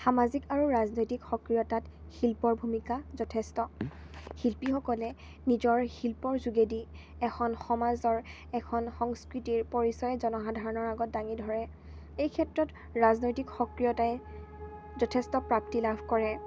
সামাজিক আৰু ৰাজনৈতিক সক্ৰিয়তাত শিল্পৰ ভূমিকা যথেষ্ট শিল্পীসকলে নিজৰ শিল্পৰ যোগেদি এখন সমাজৰ এখন সংস্কৃতিৰ পৰিচয় জনসাধাৰণৰ আগত দাঙি ধৰে এই ক্ষেত্ৰত ৰাজনৈতিক সক্ৰিয়তাই যথেষ্ট প্ৰাপ্তি লাভ কৰে